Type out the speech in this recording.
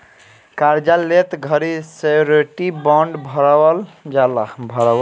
कार्जा लेत घड़ी श्योरिटी बॉण्ड भरवल जाला